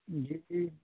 جی